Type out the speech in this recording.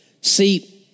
See